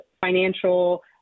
financial